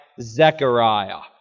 Zechariah